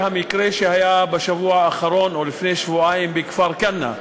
המקרה שהיה בשבוע האחרון או לפני שבועיים בכפר-כנא.